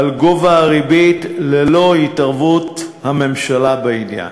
על גובה הריבית, ללא התערבות הממשלה בעניין.